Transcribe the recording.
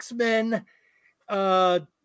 X-Men